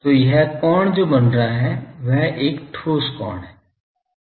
तो यह कोण जो बन रहा है वह एक ठोस कोण है